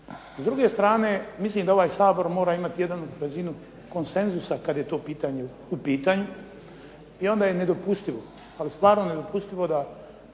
S druge strane, mislim da ovaj Sabor mora imati jednu razinu konsenzusa kad je to pitanje u pitanju, i onda je nedopustivo, ali stvarno nedopustivo da